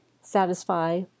satisfy